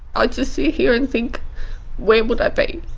i just sit here and think where would i be,